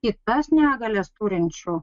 kitas negalias turinčių